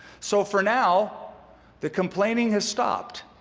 so for now the complaining has stopped